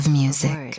music